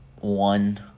one